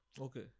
Okay